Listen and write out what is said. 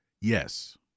Yes